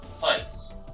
fights